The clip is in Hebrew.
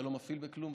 אתה לא מפעיל בכלום,